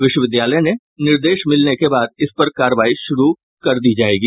विश्वविद्यालय से निर्देश मिलने के बाद इस पर कार्रवाई शुरू कर दी गयी है